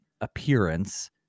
Appearance